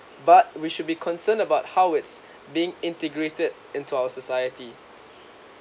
but we should be concerned about how it's being integrated into our society